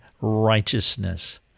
righteousness